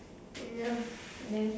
ya then